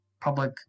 public